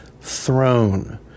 throne